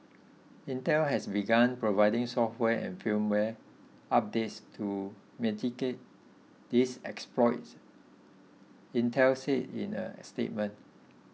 Intel has begun providing software and firmware updates to mitigate these exploits Intel said in a statement